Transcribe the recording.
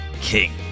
king